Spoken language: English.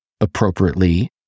appropriately